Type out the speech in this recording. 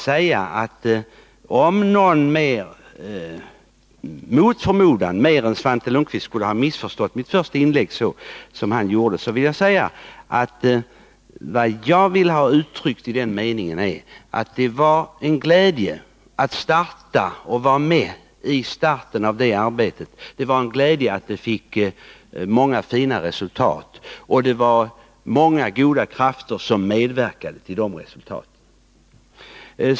Om mot förmodan någon mer än Svante Lundkvist skulle ha missförstått mitt första inlägg på det sätt som han gjorde, så kan jag säga att vad jag ville uttrycka var att det var en stor glädje att få vara med oni starten i miljövårdsarbetet. Det var glädjande att många fina resultat uppnåddes, och många goda krafter medverkade till dessa.